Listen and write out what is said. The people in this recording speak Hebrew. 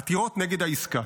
עתירות נגד העסקה.